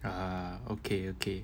ah okay okay